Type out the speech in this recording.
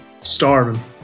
starving